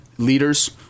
leaders